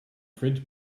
fridge